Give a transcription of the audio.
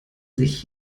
sich